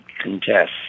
contest